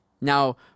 Now